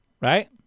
right